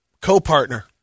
co-partner